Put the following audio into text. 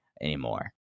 anymore